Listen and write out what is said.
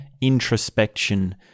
introspection